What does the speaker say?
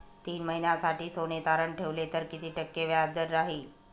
तीन महिन्यासाठी सोने तारण ठेवले तर किती टक्के व्याजदर राहिल?